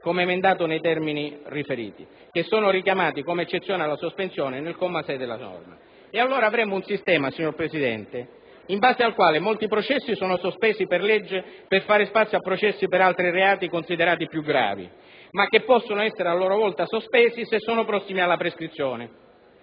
come emendato nei termini di cui sopra, che sono richiamati (come eccezione alla sospensione) nel comma 6 della norma. Allora, signor Presidente, avremmo un sistema in base al quale molti processi sono sospesi per legge per fare spazio a processi per altri reati, considerati più gravi, ma che possono essere a loro volta sospesi se sono prossimi alla prescrizione.